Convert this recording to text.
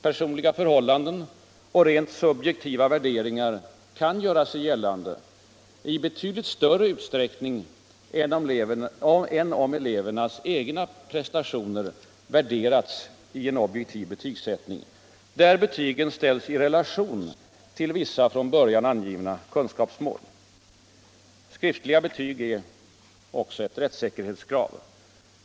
Personliga förhållanden och rent subjektiva värderingar kan göra sig gällande i betydligt större utsträckning än om elevernas egna prestationer värderats i en objektiv betygsättning, där betygen ställts i relation till vissa från början angivna kunskapsmål. Skriftliga betyg är också ett rättssäkerhetskrav.